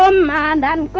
um man than